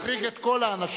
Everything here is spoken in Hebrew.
אני מחריג את כל האנשים.